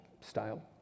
style